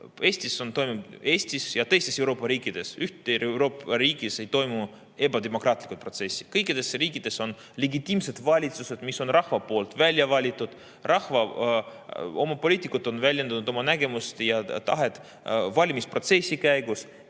Selge on, et ei Eestis ega teistes Euroopa riikides, üheski Euroopa riigis ei toimu ebademokraatlikke protsesse. Kõikides riikides on legitiimsed valitsused, mis on rahva poolt valitud. Rahva oma poliitikud on väljendanud oma nägemust ja tahet valimisprotsessi käigus.